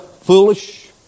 foolish